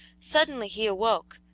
suddenly he awoke,